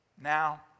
Now